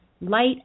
light